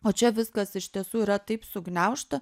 o čia viskas iš tiesų yra taip sugniaužta